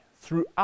throughout